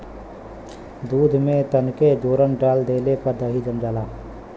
दूध में तनके जोरन डाल देले पर दही जम जाला